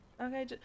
Okay